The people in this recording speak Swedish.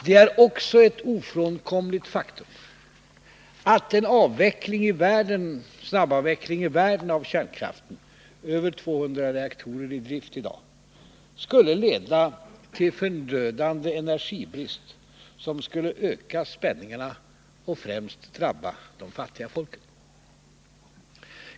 Det är också ett ofrånkomligt faktum att en snabbavveckling i världen av kärnkraften — över 200 reaktorer är i drift i dag — skulle leda till en förödande energibrist som skulle öka spänningarna och främst drabba de fattiga folken.